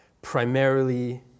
Primarily